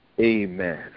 Amen